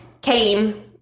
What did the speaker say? came